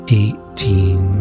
eighteen